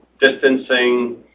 distancing